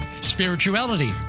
spirituality